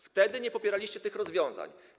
Wtedy nie popieraliście tych rozwiązań.